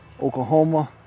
Oklahoma